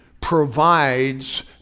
provides